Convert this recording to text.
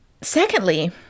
Secondly